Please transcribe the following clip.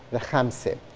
the khamsah.